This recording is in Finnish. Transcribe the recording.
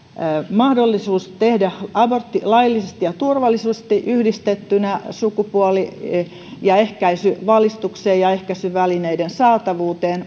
mahdollisuus tehdä abortti laillisesti ja turvallisesti yhdistettynä sukupuoli ja ehkäisyvalistukseen ja ehkäisyvälineiden saatavuuteen